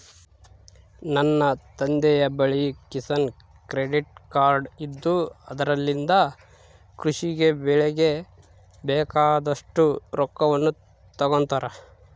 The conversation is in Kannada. ನನ್ನ ತಂದೆಯ ಬಳಿ ಕಿಸಾನ್ ಕ್ರೆಡ್ ಕಾರ್ಡ್ ಇದ್ದು ಅದರಲಿಂದ ಕೃಷಿ ಗೆ ಬೆಳೆಗೆ ಬೇಕಾದಷ್ಟು ರೊಕ್ಕವನ್ನು ತಗೊಂತಾರ